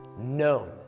known